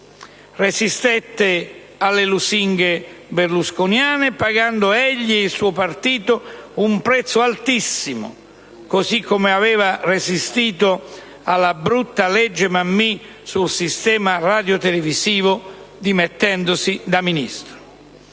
Resistette alle lusinghe berlusconiane, pagando - egli e il suo partito - un prezzo altissimo, così come aveva resistito alla brutta legge Mammì sul sistema radiotelevisivo dimettendosi da Ministro.